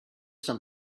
some